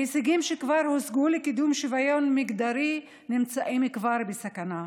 ההישגים שכבר הושגו לקידום שוויון מגדרי נמצאים בסכנה.